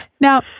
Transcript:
Now